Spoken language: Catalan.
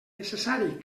necessari